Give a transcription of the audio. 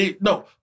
No